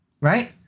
Right